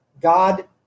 God